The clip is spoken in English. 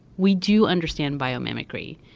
we do understand biomimicry.